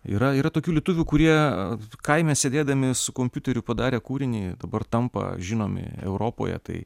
yra yra tokių lietuvių kurie kaime sėdėdami su kompiuteriu padarė kūrinį dabar tampa žinomi europoje tai